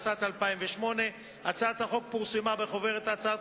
התשס"ט 2008. הצעת החוק פורסמה בחוברת הצעות